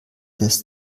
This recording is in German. des